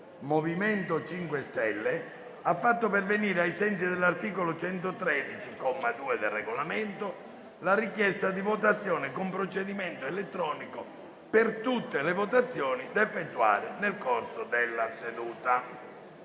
MoVimento 5 Stelle ha fatto pervenire, ai sensi dell'articolo 113, comma 2, del Regolamento, la richiesta di votazione con procedimento elettronico per tutte le votazioni da effettuare nel corso della seduta.